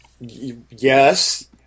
Yes